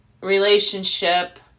relationship